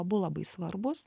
abu labai svarbūs